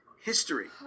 history